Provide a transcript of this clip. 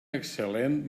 excel·lent